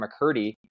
McCurdy